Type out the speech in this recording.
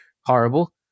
horrible